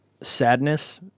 sadness